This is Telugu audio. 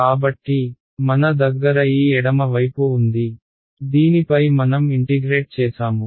కాబట్టి మన దగ్గర ఈ ఎడమ వైపు ఉంది దీనిపై మనం ఇంటిగ్రేట్ చేసాము